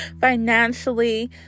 financially